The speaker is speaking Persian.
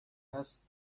هست